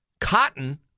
Cotton